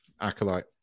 Acolyte